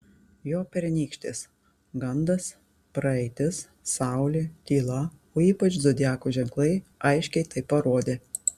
jo pernykštės gandas praeitis saulė tyla o ypač zodiako ženklai aiškiai tai parodė